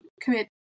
commit